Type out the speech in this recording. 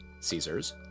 Caesar's